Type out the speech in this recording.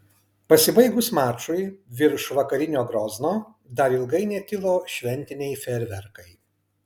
pasibaigus mačui virš vakarinio grozno dar ilgai netilo šventiniai fejerverkai